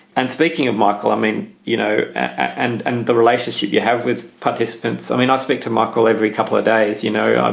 and speaking of michael, i mean, you know, and and the relationship you have with participants, i mean, i speak to michael every couple of days. you know,